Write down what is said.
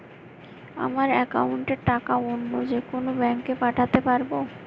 আমার একাউন্টের টাকা অন্য যেকোনো ব্যাঙ্কে পাঠাতে পারব?